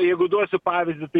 jeigu duosiu pavyzdį tai